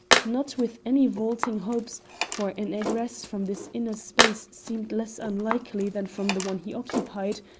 not with any vaulting hopes, for an egress from this inner space seemed less unlikely than from the one he occupied,